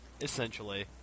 Essentially